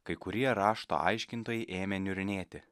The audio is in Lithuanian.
kai kurie rašto aiškintojai ėmė niurnėti